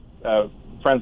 friends